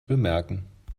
bemerken